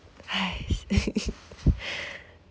!hais!